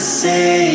say